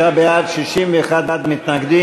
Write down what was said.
59 בעד, 61 מתנגדים.